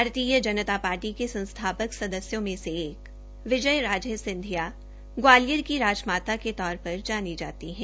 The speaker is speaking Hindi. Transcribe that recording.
भारतीय जनता पार्टी के संस्थापक सदस्यों में से एक विजय राजे सिंधिया ग्वालियर की राजमाता के तौर पर जानी मानी है